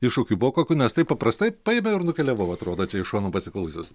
iššūkių buvo kokių nes taip paprastai paėmiau ir nukeliavau atrodo čia iš šono pasiklausius